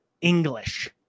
English